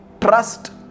trust